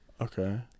Okay